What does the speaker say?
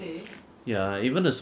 赚很多钱 lor at first then after that